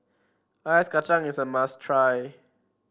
Ice Kacang is a must try